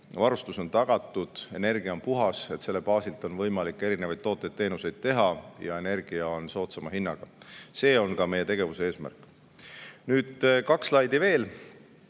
varustus on tagatud, energia on puhas, selle baasilt on võimalik erinevaid tooteid-teenuseid teha ja energia on soodsama hinnaga. See on ka meie tegevuse eesmärk. Nüüd kaks slaidi veel.